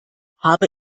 habe